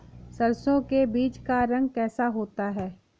सरसों के बीज का रंग कैसा होता है?